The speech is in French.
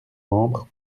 membres